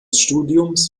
studiums